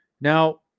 Now